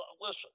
listen